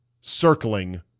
circling